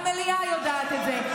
המליאה יודעת את זה.